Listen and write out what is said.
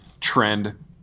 trend